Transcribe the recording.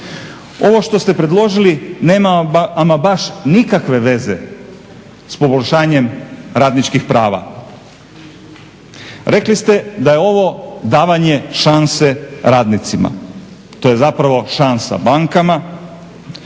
Ovo što ste predložili nema ama baš nikakve veze s poboljšanjem radničkih prava. Rekli ste da je ovo davanje šanse radnicima, to je zapravo šansa bankama,